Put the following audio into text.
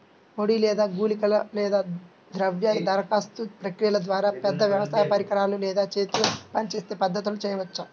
పొడి లేదా గుళికల లేదా ద్రవ దరఖాస్తు ప్రక్రియల ద్వారా, పెద్ద వ్యవసాయ పరికరాలు లేదా చేతితో పనిచేసే పద్ధతులను చేయవచ్చా?